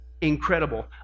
incredible